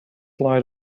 light